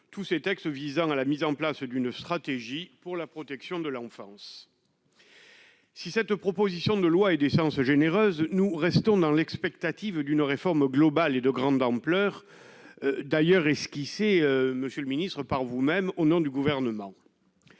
tous ces textes visant à la mise en place d'une stratégie pour la protection de l'enfance, si cette proposition de loi et des chances, généreuse, nous restons dans l'expectative d'une réforme globale et de grande ampleur d'ailleurs esquissé, monsieur le Ministre, par vous-même, au nom du gouvernement